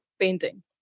Painting